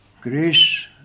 grace